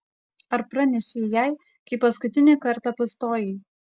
ar pranešei jai kai paskutinį kartą pastojai